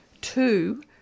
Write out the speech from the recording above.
Two